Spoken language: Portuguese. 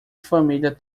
família